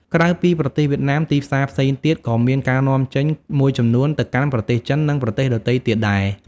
ក្រៅពីប្រទេសវៀតណាម ទីផ្សារផ្សេងទៀតក៏មានការនាំចេញមួយចំនួនទៅកាន់ប្រទេសចិន និងប្រទេសដទៃទៀតដែរ។